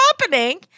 happening